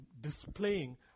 displaying